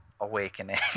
awakening